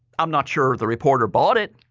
i'm not sure the reporter bought it.